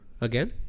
Again